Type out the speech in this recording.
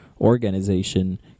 organization